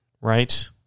right